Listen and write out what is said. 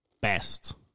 best